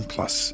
Plus